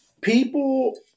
people